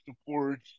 support